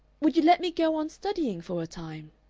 would you let me go on studying for a time?